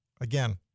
Again